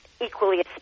equally